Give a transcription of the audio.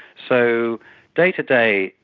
so day-to-day,